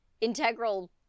integral